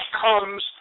comes